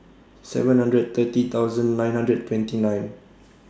seven hundred thirty thousand nine hundred and twenty nine